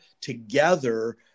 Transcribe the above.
together